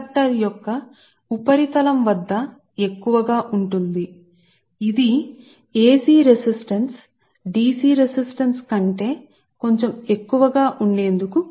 conductor యొక్క ఉపరితలం వద్ద ప్రస్తుత సాంద్రత ఎక్కువ దీని వలన AC రెసిస్టెన్స్ DC రెసిస్టెన్స్ కంటే కొంచెం ఎక్కువగా ఉంటుంది